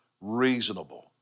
reasonable